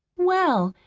well,